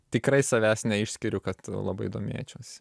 tikrai savęs neišskiriu kad labai domėčiausi